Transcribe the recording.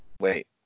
wait